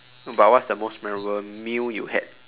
no but what's the most memorable meal you had